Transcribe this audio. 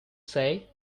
say